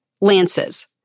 lances